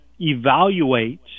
evaluate